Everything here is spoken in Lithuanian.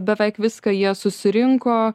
beveik viską jie susirinko